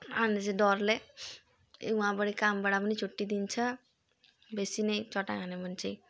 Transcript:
अनि चाहिँ डरले वहाँबाट कामबाट पनि छुट्टी दिन्छ बेसी नै चट्ट्याङ हान्यो भने चाहिँ